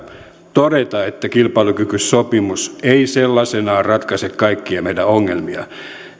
todeta että kilpailukykysopimus ei sellaisenaan ratkaise kaikkia meidän ongelmia